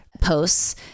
posts